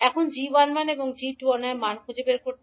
এখন 𝐠11 এবং 𝐠21 এর মান খুঁজে বের করতে